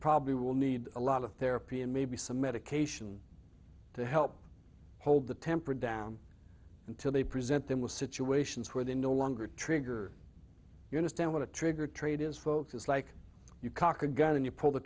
probably will need a lot of therapy and maybe some medication to help hold the temper down until they present them with situations where they no longer trigger going to stand when a trigger trade is focused like you cock a gun and you pull the